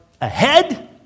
ahead